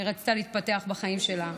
היא רצתה להתפתח בחיים שלה.